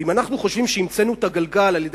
ואם אנחנו חושבים שהמצאנו את הגלגל על-ידי